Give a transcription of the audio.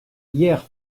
hier